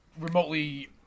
remotely